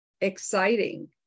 exciting